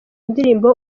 ndirimbo